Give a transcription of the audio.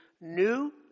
New